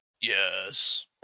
Yes